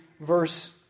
verse